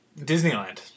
Disneyland